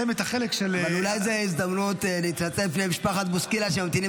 אולי זו ההזדמנות להתנצל בפני משפחת בוסקילה שממתינים